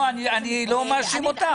לא, אני לא מאשים אותך.